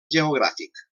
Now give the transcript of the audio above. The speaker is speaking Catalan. geogràfic